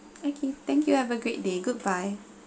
okay thank you have a great day goodbye